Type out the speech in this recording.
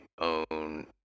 own